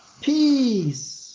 peace